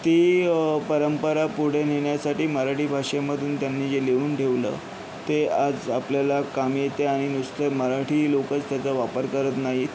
ती परंपरा पुढे नेण्यासाठी मराठी भाषेमधून त्यांनी जे लिहून ठेवलं ते आज आपल्याला कामी येते आणि नुसतं मराठी लोकच त्याचा वापर करत नाहीत